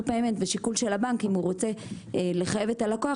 זה שיקול של הבנק אם הוא רוצה לחייב את הלקוח